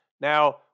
Now